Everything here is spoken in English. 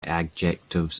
adjectives